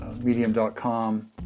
medium.com